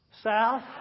South